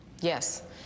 Yes